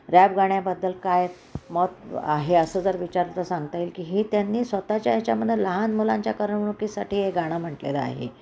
rap गाण्याबद्दल काय मत आहे असं जर विचारता सांगता येईल की ही त्यांनी स्वतःच्या याच्यामध्ये लहान मुलांच्या करमणुकीसाठी हे गाणं म्हटलेलं आहे